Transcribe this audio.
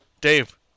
Dave